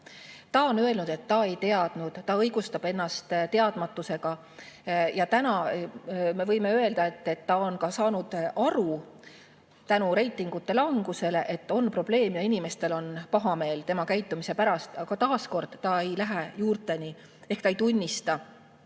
Ta on öelnud, et ta ei teadnud, ta õigustab ennast teadmatusega. Ja täna me võime öelda, et ta on reitingute languse tõttu aru saanud, et on probleem ja inimesed tunnevad pahameelt tema käitumise pärast. Aga taas kord ta ei lähe juurteni ehk ta ei tunnista